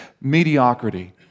mediocrity